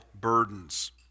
burdens